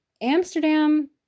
Amsterdam